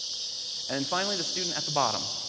and finally the student at the bottom,